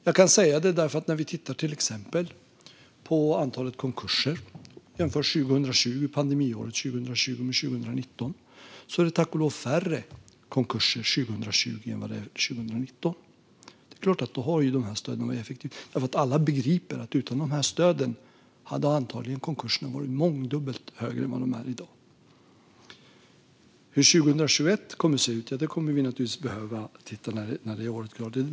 Jag kan säga detta för om vi jämför antalet konkurser kan vi se att det tack och lov var färre konkurser under pandemiåret 2020 än det var under 2019. Då är det klart att stöden har varit effektiva. Alla begriper att utan stöden hade konkurserna varit mångdubbelt fler än de är i dag. Hur 2021 kommer att se ut får vi naturligtvis titta på när året är slut.